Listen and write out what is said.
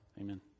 Amen